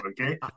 okay